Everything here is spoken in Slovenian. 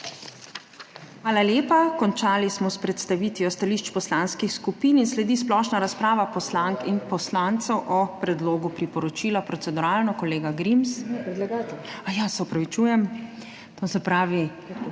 Hvala lepa. Končali smo s predstavitvijo stališč poslanskih skupin in sledi splošna razprava poslank in poslancev o predlogu priporočila. Proceduralno, kolega Grims.